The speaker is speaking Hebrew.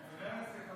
כול מצטרף למרצ.